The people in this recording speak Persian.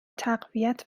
تقویت